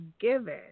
given